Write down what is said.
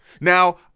Now